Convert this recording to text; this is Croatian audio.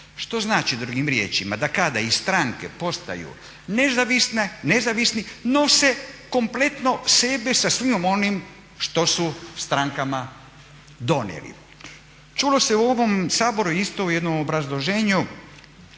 što znači drugim riječima da kada im stranke postaju nezavisni nose kompletno sebe sa svim onim što su strankama donijeli. Čulo se u ovom saboru isto u jednom obrazloženju